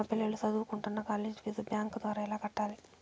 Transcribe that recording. మా పిల్లలు సదువుకుంటున్న కాలేజీ ఫీజు బ్యాంకు ద్వారా ఎలా కట్టాలి?